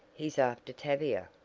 he's after tavia!